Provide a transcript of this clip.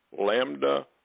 lambda